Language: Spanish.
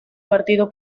partido